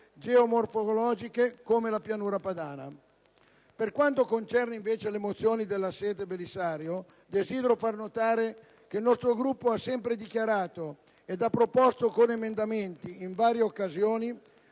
geomorfologiche, come la Pianura padana. Per quanto concerne le mozioni Della Seta e Belisario, desidero far notare che il nostro Gruppo ha sempre dichiarato e proposto, con emendamenti presentati in varie occasioni,